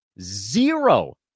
Zero